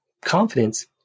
confidence